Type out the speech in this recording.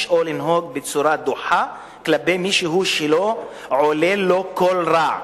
או לנהוג בצורה דוחה כלפי מישהו שלא עולל לו כל רע,